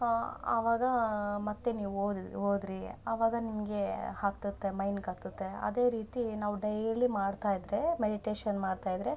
ಆವಾಗ ಮತ್ತು ನೀವು ಓದು ಓದ್ರಿ ಆವಾಗ ನಿಮಗೆ ಹತ್ತುತ್ತೆ ಮೈಂಡ್ಗೆ ಹತ್ತುತ್ತೆ ಅದೇ ರೀತಿ ನಾವು ಡೈಲಿ ಮಾಡ್ತಾಯಿದ್ರೆ ಮೆಡಿಟೇಷನ್ ಮಾಡ್ತಾಯಿದ್ರೆ